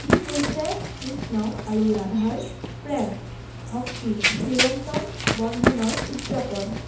ই হৈছে কৃষ্ণ আৰু ৰাধাৰ প্ৰেম ভক্তি চিৰন্তন বন্ধনৰ উদযাপন